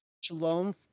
Shalom